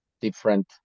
different